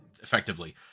effectively